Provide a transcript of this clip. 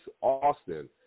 Austin